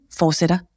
fortsætter